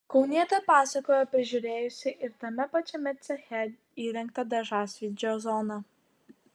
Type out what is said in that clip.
kaunietė pasakojo prižiūrėjusi ir tame pačiame ceche įrengtą dažasvydžio zoną